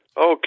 Okay